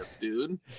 dude